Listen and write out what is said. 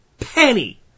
penny